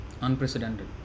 Unprecedented